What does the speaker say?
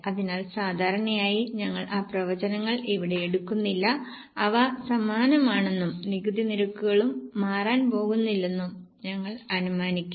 അതിനാൽ സാധാരണയായി ഞങ്ങൾ ആ പ്രവചനങ്ങൾ ഇവിടെ എടുക്കുന്നില്ല അവ സമാനമാണെന്നും നികുതി നിരക്കുകളും മാറാൻ പോകുന്നില്ലെന്നും ഞങ്ങൾ അനുമാനിക്കും